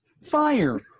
fire